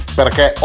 perché